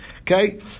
Okay